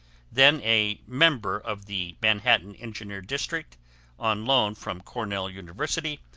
then a member of the manhattan engineer district on loan from cornell university,